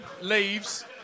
leaves